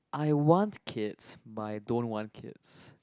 I want kids but I don't want kids